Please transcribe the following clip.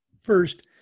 first